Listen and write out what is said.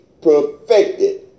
perfected